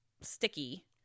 sticky